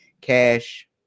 cash